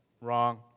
Wrong